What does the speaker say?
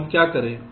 तो हम क्या करें